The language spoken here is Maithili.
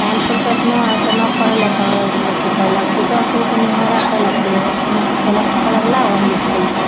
टाइम फुरसत नहि हय तऽ नहि पढ़ल हय तऽ लोगके कहलक से दसगोके निहौरा कैलक तऽ एगो कोनो कियो कहलक से कहलक लाउ हम लिखि दय छी